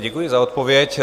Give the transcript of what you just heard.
Děkuji za odpověď.